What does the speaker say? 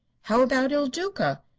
how about il duca?